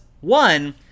one